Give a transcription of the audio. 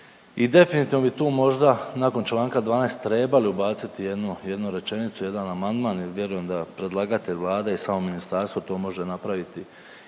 I definitivno bi tu možda nakon čl. 12. trebali ubaciti jednu, jednu rečenicu, jedan amandman jer vjerujem da predlagatelj Vlada i samo ministarstvo to može napraviti